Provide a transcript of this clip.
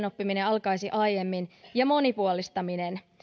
oppiminen alkaisi aiemmin ja monipuolistaminen